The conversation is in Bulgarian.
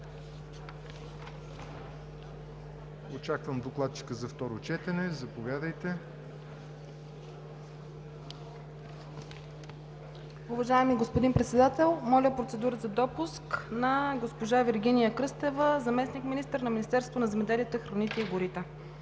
Очаквам докладчика за второ четене. Заповядайте. ДОКЛАДЧИК ИРЕНА ДИМОВА: Уважаеми господин Председател, моля за процедура за допуск на госпожа Вергиния Кръстева – заместник-министър на Министерството на земеделието, храните и горите.